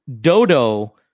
Dodo